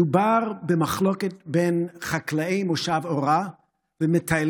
מדובר במחלוקת בין חקלאי מושב אורה ומטיילים